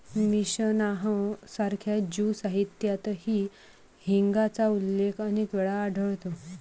Mishnah सारख्या ज्यू साहित्यातही हिंगाचा उल्लेख अनेक वेळा आढळतो